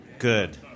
Good